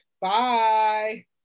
Bye